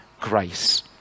grace